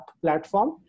platform